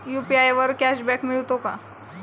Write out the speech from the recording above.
UPI वर cashback मिळतो का?